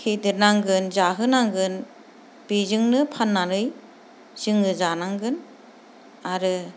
फेदेरनांगोन जाहोनांगोन बेजोंनो फाननानै जोङो जानांगोन आरो